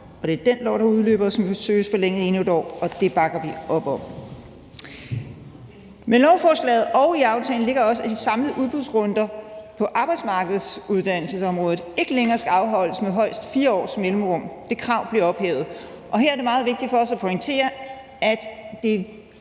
det er den lov, der udløber, og som nu søges forlænget med endnu 1 år. Og det bakker vi op om. I lovforslaget og i aftalen ligger der også det, at de samlede udbudsrunder på arbejdsmarkedsuddannelsesområdet ikke længere skal afholdes med højst 4 års mellemrum; det krav blev ophævet. Her er det meget vigtigt for os at pointere, at det er